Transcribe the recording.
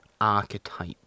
archetype